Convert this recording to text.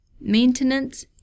maintenance